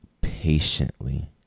patiently